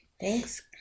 Thanks